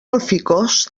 alficòs